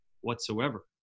whatsoever